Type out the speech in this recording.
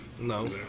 No